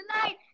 Tonight